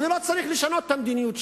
אני לא צריך לשנות את המדיניות שלי.